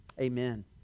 amen